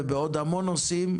ובעוד המון נושאים,